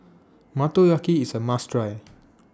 Motoyaki IS A must Try